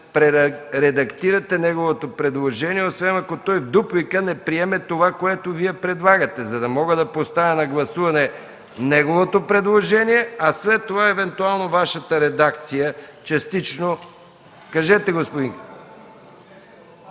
прередактирате неговото предложение, освен ако той в дуплика не приеме това, което Вие предлагате, за да мога да поставя на гласуване неговото предложение, а след това евентуално Вашата редакция частично. (Реплика